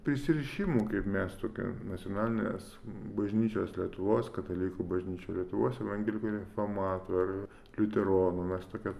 prisirišimų kaip mes tokio nacionalinės bažnyčios lietuvos katalikų bažnyčia lietuvos evangelikų reformatų ar liuteronų mes tokią